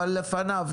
אבל לפניו,